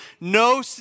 no